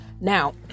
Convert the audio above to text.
Now